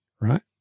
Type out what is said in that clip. right